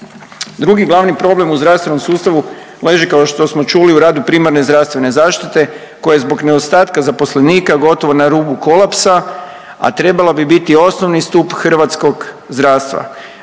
Drugi glavni problem u zdravstvenom sustavu leži kao što smo čuli u radu primarne zdravstvene zaštite koja je zbog nedostatka zaposlenika gotovo na rubu kolapsa, a trebala bi biti osnovni stup hrvatskog zdravstva.